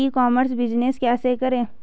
ई commerce business कैसे करें?